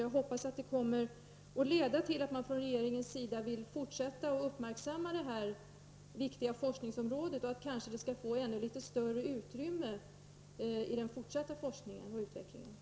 Jag hoppas att det kommer att leda till att man från regeringens sida fortsätter att uppmärksamma detta viktiga forskningsområde och att det kanske får ännu större utrymme i det fortsatta forskningsoch utbildningsarbetet.